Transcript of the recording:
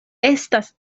estas